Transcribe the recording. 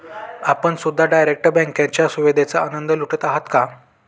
आपण सुद्धा डायरेक्ट बँकेच्या सुविधेचा आनंद लुटत आहात का?